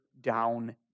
down